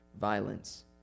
violence